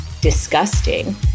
disgusting